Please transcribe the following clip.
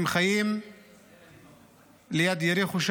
הם חיים ליד יריחו,